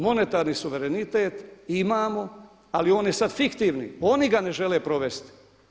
Monetarni suverenitet imamo ali on je sad fiktivni, oni ga ne žele provesti.